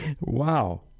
Wow